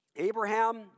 Abraham